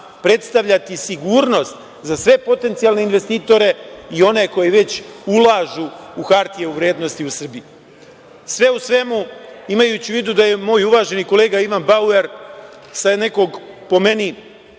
predstavljati sigurnost za sve potencijalne investitore i one koji već ulažu u hartije u vrednosti u Srbiji. Sve u svemu, imajući u vidu da je moj uvaženi kolega Ivan Bauer sa nekog po meni